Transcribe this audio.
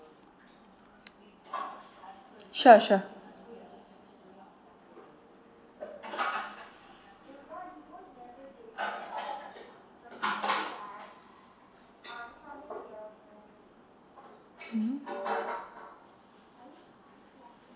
sure sure mmhmm